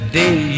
day